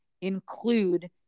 include